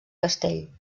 castell